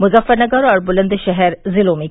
मुजफ्फरनगर और बुलंदशहर जिलों में किया